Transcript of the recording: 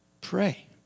Pray